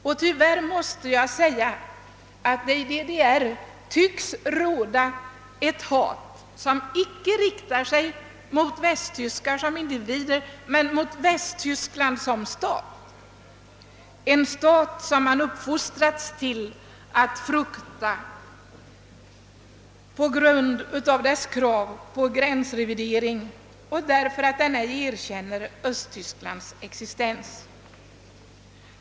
Och tyvärr måste jag säga att det i DDR tycks råda ett hat som icke riktar sig mot västtyskar som individer utan mot Västtyskland som stat, en stat som man uppfostrats till att frukta på grund av dess krav på gränsrevidering och på grund av att den ej erkänner Östtysklands existens.